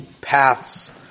paths